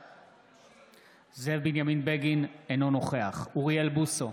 בעד זאב בנימין בגין, אינו נוכח אוריאל בוסו,